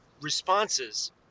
responses